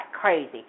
crazy